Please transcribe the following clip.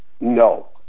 no